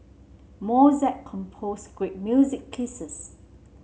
Mozart composed great music pieces